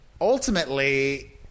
ultimately